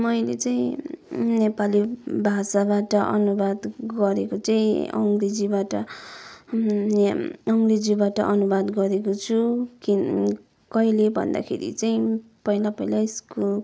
मैले चाहिँ नेपाली भाषाबाट अनुवाद गरेको चाहिँ अङ्ग्रेजीबाट या अङ्ग्रेजीबाट अनुवाद गरेको छु के कहिले भन्दाखेरि चाहिँ पहिला पहिला स्कुल